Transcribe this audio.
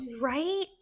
right